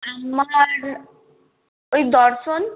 আমার ওই দর্শন